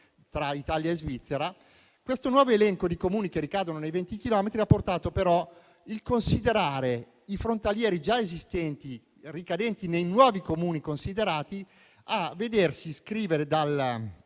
tra Italia e Svizzera, il nuovo elenco di Comuni che ricadono nei 20 chilometri ha portato però a considerare i frontalieri già esistenti, ricadenti nei nuovi Comuni considerati, a vedersi scrivere dalla